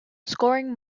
scoring